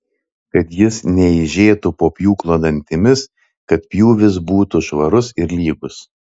kad jis neeižėtų po pjūklo dantimis kad pjūvis būtų švarus ir lygus